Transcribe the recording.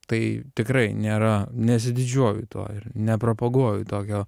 tai tikrai nėra nesididžiuoju tuo ir nepropaguoju tokio